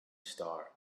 star